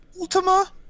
Ultima